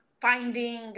finding